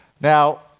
Now